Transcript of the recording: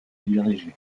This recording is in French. diriger